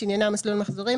שעניינה מסלול מחזורים,